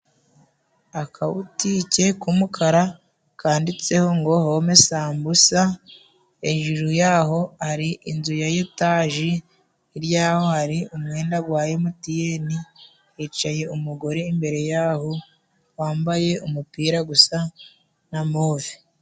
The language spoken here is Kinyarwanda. Akabutike k'umukara kanditseho ngo home sambusa, hejuru yaho hari inzu ya etaji hirya yaho hari umwenda gwa emutiyeni, hicaye umugore imbere yaho wambaye umupira gusa na move.